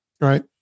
Right